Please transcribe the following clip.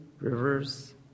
rivers